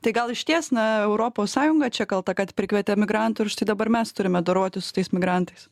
tai gal išties na europos sąjunga čia kalta kad prikvietė migrantų ir štai dabar mes turime dorotis su tais migrantais